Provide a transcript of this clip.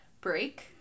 break